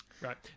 Right